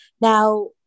Now